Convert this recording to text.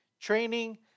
training